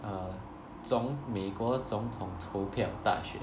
err 总美国总统投票大选